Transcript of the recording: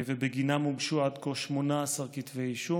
ובגינם הוגשו עד כה 18 כתבי אישום.